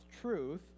truth